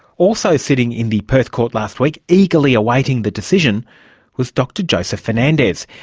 also sitting in the perth court last week eagerly awaiting the decision was dr joseph fernandez.